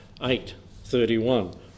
8.31